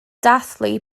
dathlu